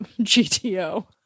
GTO